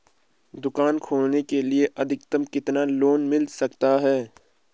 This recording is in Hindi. दुकान खोलने के लिए अधिकतम कितना लोन मिल सकता है?